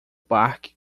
parque